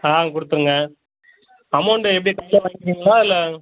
ஆ கொடுத்துருங்க அமௌண்ட்டு எப்படி கையில் வாங்கிக்கிறீங்களா இல்லை